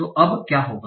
तो अब क्या होगा